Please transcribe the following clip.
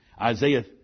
Isaiah